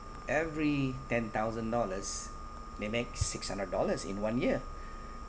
every ten thousand dollars they make six hundred dollars in one year